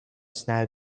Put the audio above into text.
snow